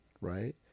right